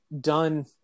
done